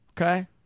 okay